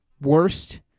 worst